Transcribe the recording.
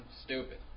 stupid